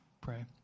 pray